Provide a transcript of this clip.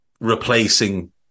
replacing